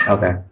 Okay